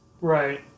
Right